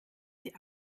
sie